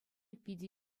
питӗ